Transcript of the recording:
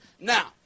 Now